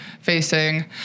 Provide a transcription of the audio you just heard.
facing